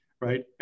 right